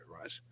right